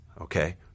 okay